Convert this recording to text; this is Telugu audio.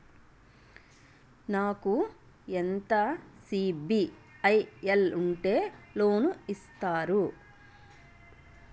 నాకు ఎంత సిబిఐఎల్ ఉంటే లోన్ ఇస్తారు?